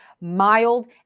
mild